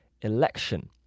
election